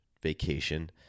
vacation